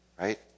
right